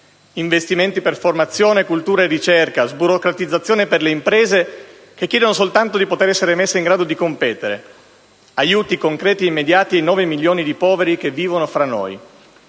investimenti per formazione, cultura e ricerca, sburocratizzazione per le imprese che chiedono soltanto di essere messe in grado di competere, aiuti concreti e immediati ai nove milioni di poveri che vivono fra noi,